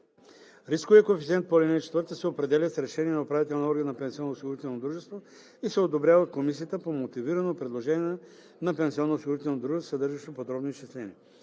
Рисковият коефициент по ал. 4 се определя с решение на управителния орган на пенсионноосигурителното дружество и се одобрява от комисията по мотивирано предложение на пенсионноосигурителното дружество, съдържащо подробни изчисления.